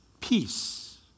peace